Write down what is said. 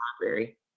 library